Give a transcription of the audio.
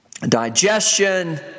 digestion